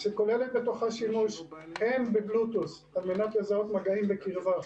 שכוללת שימוש הן בבלוטות' על מנת לזהות מגעים בקרבה,